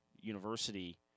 University